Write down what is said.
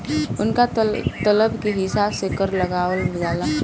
उनका तलब के हिसाब से कर लगावल जाला